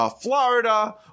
Florida